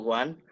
one